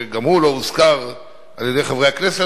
שהוא גם לא הוזכר על-ידי חברי הכנסת,